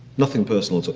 nothing personal.